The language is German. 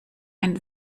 ein